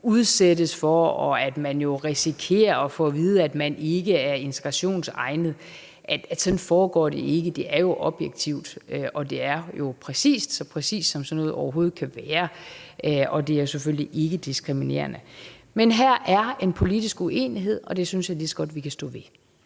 udsættes for, og at man risikerer at få at vide, at man ikke er integrationsegnet. Sådan foregår det jo ikke. Det er objektivt; det er så præcist, som sådan noget overhovedet kan være; og det er selvfølgelig ikkediskriminerende. Men her er en politisk uenighed, og det synes jeg lige så godt vi kan stå ved.